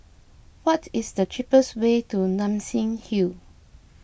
what is the cheapest way to Nassim Hill